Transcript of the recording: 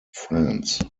france